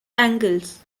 angles